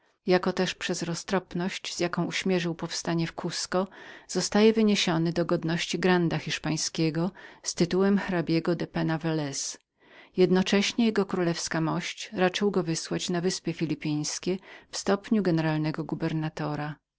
jako też przez roztropność z jaką uśmierzył powstanie w kasko zostaje wyniesionym do godności granda hiszpańskiego z tytułem hrabiego de penna velez w tej chwili jego królewska mość raczyła go wysłać do wysp filipińskich w stopniu generalnego gubernatora